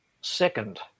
second